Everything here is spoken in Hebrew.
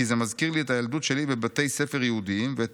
כי זה מזכיר לי את הילדות שלי בבתי ספר יהודיים ואת